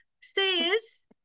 says